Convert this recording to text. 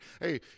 Hey